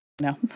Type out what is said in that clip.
no